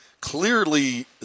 Clearly